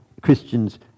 Christians